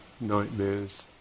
nightmares